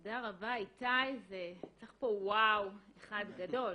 תודה רבה איתי וצריך פה וואו אחד גדול.